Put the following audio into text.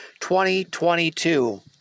2022